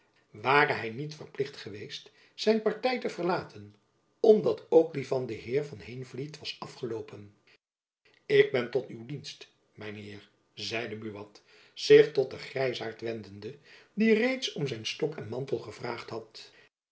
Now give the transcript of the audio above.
elizabeth musch niet verplicht geweest zijn party te verlaten omdat ook die van den heer van heenvliet was afgeloopen ik ben tot uw dienst mijn heer zeide buat zich tot den grijzaart wendende die reeds om zijn stok en mantel gevraagd had